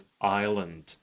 Ireland